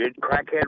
crackhead